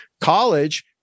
College